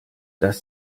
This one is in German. das